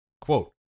Quote